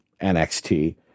NXT